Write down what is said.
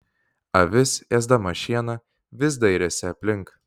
avis ėsdama šieną vis dairėsi aplink